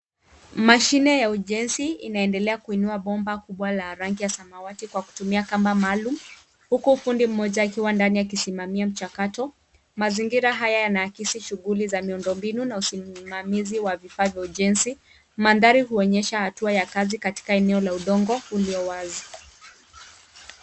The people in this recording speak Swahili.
Mashine ya ujenzi inaendelea kuinua bomba kubwa la rangi ya samawati kwa kutuia kamba maalum huku fundi mmoja akiwa ndani akisimamia mchakato. Mazingira haya yanaakisi shughuli za miundombinu na usimamizi wa vifaa vya ujenzi. Mandhari huonyesha hatua ya kazi katika eneo la udongo uliowazi.